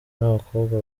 n’abakobwa